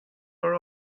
are